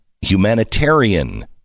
humanitarian